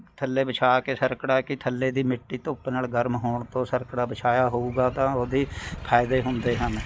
ਥੱਲੇ ਵਿਛਾ ਕੇ ਸਰਕੜਾ ਕੇ ਥੱਲੇ ਦੀ ਮਿੱਟੀ ਧੁੱਪ ਨਾਲ ਗਰਮ ਹੋਣ ਤੋਂ ਸਰਕੜਾ ਵਿਛਾਇਆ ਹੋਵੇਗਾ ਤਾਂ ਉਹਦੇ ਫਾਇਦੇ ਹੁੰਦੇ ਹਨ